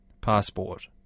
passport